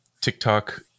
TikTok